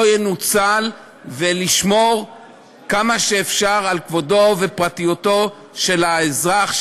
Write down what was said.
ינוצל ולשמור כמה שאפשר על כבודו ופרטיותו של האזרח,